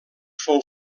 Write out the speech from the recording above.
fou